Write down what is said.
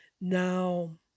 Now